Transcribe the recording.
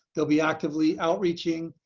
they'll be actively outreaching,